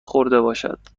خوردهباشد